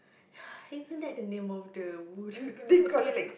isn't that the name of the wooden